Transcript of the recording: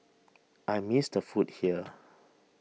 I miss the food here